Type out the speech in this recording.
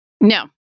No